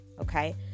okay